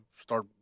start